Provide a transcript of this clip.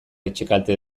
etxekalte